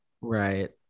Right